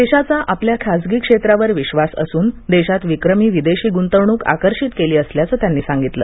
देशाचा आपल्या खाजगी क्षेत्रावर विश्वास असून देशात विक्रमी विदेशी गृंतवणूक आकर्षित केली असल्याचे त्यांनी सांगितलं